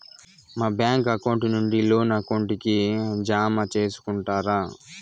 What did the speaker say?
మా bank account నుండి loan account కి జామ సేసుకుంటారా?